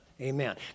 Amen